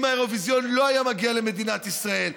אם האירוויזיון לא היה מגיע למדינת ישראל.